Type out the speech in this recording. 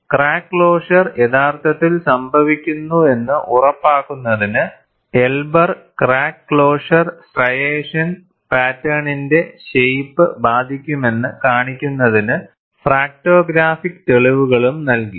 crack closure യഥാർത്ഥത്തിൽ സംഭവിക്കുന്നുവെന്ന് ഉറപ്പാക്കുന്നതിന് എൽബർ ക്രാക്ക് ക്ലോഷർ സ്ട്രൈഷൻ പാറ്റേണിന്റെ ഷേയിപ്പ് ബാധിക്കുമെന്ന് കാണിക്കുന്നതിന് ഫ്രാക്റ്റോഗ്രാഫിക് തെളിവുകളും നൽകി